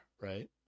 right